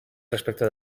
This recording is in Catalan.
respecte